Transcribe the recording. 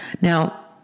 Now